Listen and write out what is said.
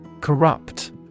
Corrupt